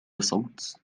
صوت